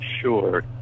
sure